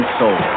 soul